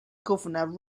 governor